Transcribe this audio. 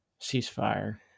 ceasefire